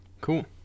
cool